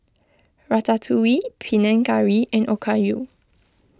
Ratatouille Panang Curry and Okayu